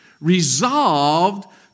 resolved